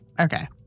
Okay